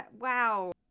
wow